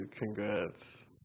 Congrats